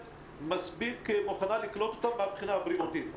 מספיק מוכנה לקלוט אותם מהבחינה הבריאותית.